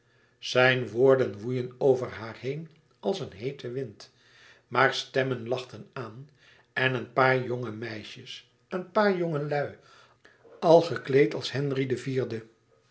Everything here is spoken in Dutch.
zijn woorden woeien over haar heen als een heete wind maar stemmen lachten aan en een paar jonge meisjes een paar jongelui al gekleed als henri